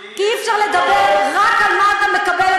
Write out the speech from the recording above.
כי אי-אפשר לדבר רק על מה אתה מקבל,